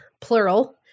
plural